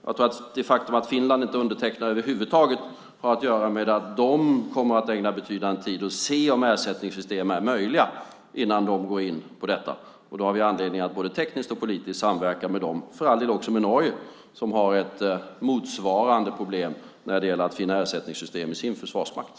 Jag tror att det faktum att Finland över huvud taget inte undertecknar avtalet har att göra med att de kommer att ägna betydande tid åt att se efter om ersättningssystem är möjliga innan de går in på detta. Vi har anledning att både tekniskt och politiskt samverka med dem, för all del också med Norge, som har ett motsvarande problem när det gäller att finna ersättningssystem i sin försvarsmakt.